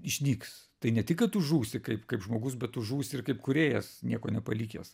išnyks tai ne tik kad tu žūsi kaip kaip žmogus bet tu žūsi ir kaip kūrėjas nieko nepalikęs